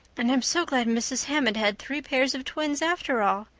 and i'm so glad mrs. hammond had three pairs of twins after all.